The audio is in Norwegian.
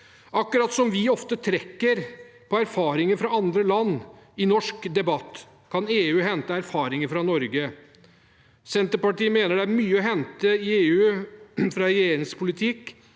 Akkurat som vi ofte trekker på erfaringer fra andre land i norsk debatt, kan EU hente erfaringer fra Norge. Senterpartiet mener det er mye å hente i EU fra regjeringens politikk